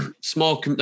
small